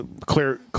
Clear